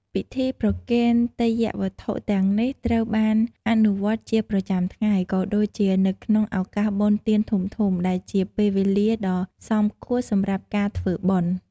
ពិធីប្រគេនទេយ្យវត្ថុទាំងនេះ ត្រូវបានអនុវត្តជាប្រចាំថ្ងៃ ក៏ដូចជានៅក្នុងឱកាសបុណ្យទានធំៗ ដែលជាពេលវេលាដ៏សមគួរសម្រាប់ការធ្វើបុណ្យ។